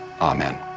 amen